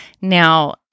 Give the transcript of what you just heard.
Now